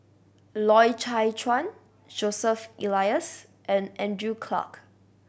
Loy Chye Chuan Joseph Elias and Andrew Clarke